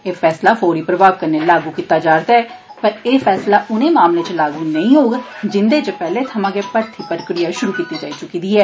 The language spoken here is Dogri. एह फैसला फौरी प्रभाव कन्नै लागू कीत्ता जा'र दा ऐ पर एह् फैसला उने मामलें इच लागू नेंई होग जिन्दे इच पैहले थमां गै भर्ती प्रक्रिया शुरू कीत्ती जाई चुकी दी ऐ